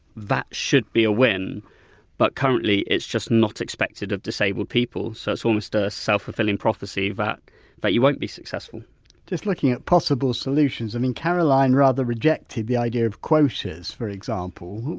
that should be a win but currently it's just not expected of disabled people, so it's almost a self-fulfilling prophesy that but you won't be successful just looking at possible solutions, i mean caroline rather rejected the idea of quotas, for example,